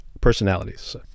personalities